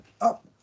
up